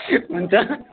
हुन्छ